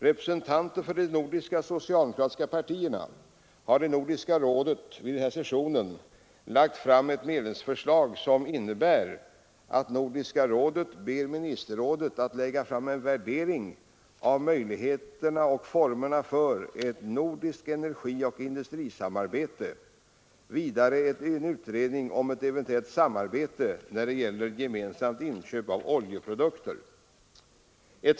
Representanter för de nordiska socialdemokratiska partierna lade vid Nordiska rådets session fram ett medlemsförslag som innebär att Nordiska rådet skall be ministerrådet att lägga fram en värdering av möjligheterna till och formerna för ett nordiskt energioch industrisamarbete samt att utreda ett eventuellt samarbete när det gäller gemensamt inköp av oljeprodukter.